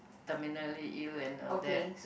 terminally ill and all that